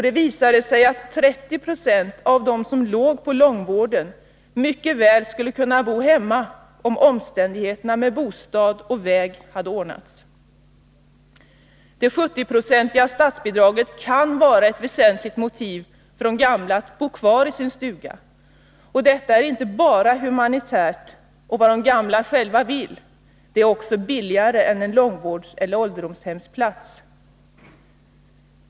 Det visade sig att 30 20 av dem som låg på långvården mycket väl skulle kunna bo hemma om förhållandena i vad gäller bostad och väg hade varit välordnade. Det 70-procentiga statsbidraget kan vara ett väsentligt motiv för de gamla att bo kvar i sin stuga. Att de får bo kvar är inte bara humanitärt och vad de gamla själva vill — det är också billigare än en långvårdseller ålderdomshemsplats.